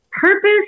purpose